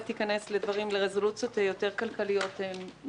מירוניצ'ב תיכנס לרזולוציות יותר כלכליות מקצועיות.